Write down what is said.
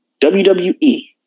WWE